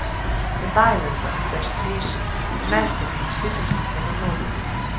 the violence of his agitation mastered him physically for the moment.